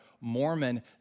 Mormon